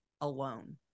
alone